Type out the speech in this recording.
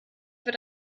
wird